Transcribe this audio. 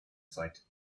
site